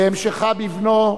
והמשכה בבנו,